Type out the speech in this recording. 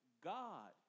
God